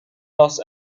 los